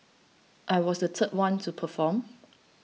I was the third one to perform